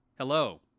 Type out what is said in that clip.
Hello